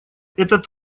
этот